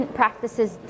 practices